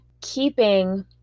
keeping